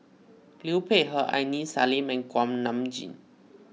Liu Peihe Aini Salim Kuak Nam Jin